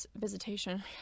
visitation